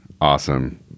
awesome